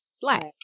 black